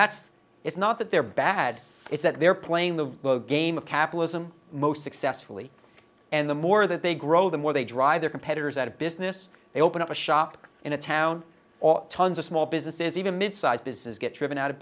that's it's not that they're bad it's that they're playing the game of capitalism most successfully and the more that they grow the more they drive their competitors out of business they open up a shop in a town or tons of small businesses even mid sized businesses get driven out of